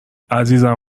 عزیزم